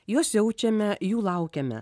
juos jaučiame jų laukiame